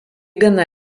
gana